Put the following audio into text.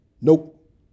Nope